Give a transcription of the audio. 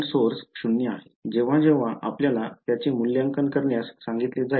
जेव्हा जेव्हा आपल्याला त्याचे मूल्यांकन करण्यास सांगितले जाईल